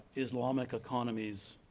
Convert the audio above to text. islamic economies